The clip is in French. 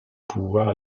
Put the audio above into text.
pouvoir